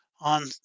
on